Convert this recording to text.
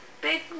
big